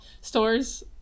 stores